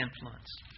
influence